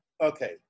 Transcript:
Okay